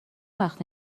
وقته